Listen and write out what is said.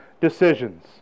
decisions